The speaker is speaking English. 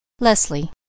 Leslie